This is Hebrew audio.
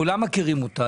כולם מכירים אותה,